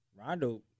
Rondo